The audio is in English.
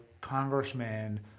congressman